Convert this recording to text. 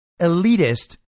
elitist